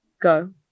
Go